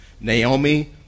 Naomi